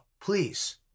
please